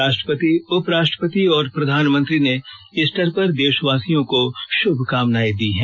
राष्ट्रपति उपराष्ट्रपति और प्रधानमंत्री ने ईस्टर पर देशवासियों को श्भकामनाएं दी हैं